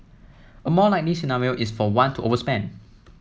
a more likely scenario is for one to overspend